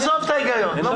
עזוב את ההיגיון, זה לא